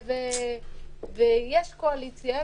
ויש קואליציה,